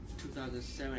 2007